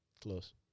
Close